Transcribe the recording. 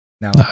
Now